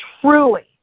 truly